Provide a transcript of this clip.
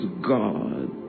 God